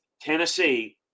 Tennessee